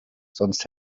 sonst